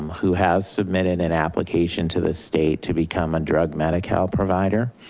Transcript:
who has submitted an application to the state to become a drug med-cal provider.